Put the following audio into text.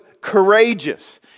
courageous